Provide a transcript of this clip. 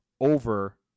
over